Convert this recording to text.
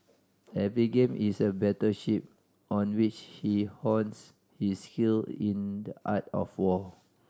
every game is a battle shift on which he hones his skill in the art of war